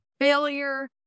failure